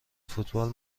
فوتبال